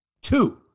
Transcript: Two